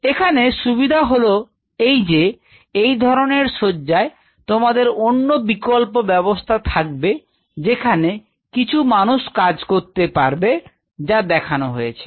এখানে সুবিধা হল যে এই ধরনের শয্যায় তোমাদের অন্য বিকল্প ব্যবস্থা থাকবে যেখানে কিছু মানুষ কাজ করতে পারবে যা দেখানো হয়েছে Refer Time 0901